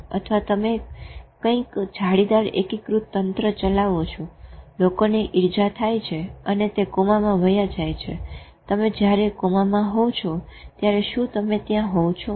અથવા તમે કંઈક જાળીદાર એકીકૃત તંત્ર ચલાવો છો લોકોને ઈર્જા થાય છે અને તે કોમામાં વાયા જાય છે તમે જયારે કોમામાં હોવ છો ત્યારે શું તમે ત્યાં હોવ છો